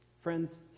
Friends